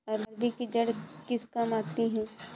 अरबी की जड़ें किस काम आती हैं?